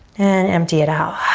and empty it out.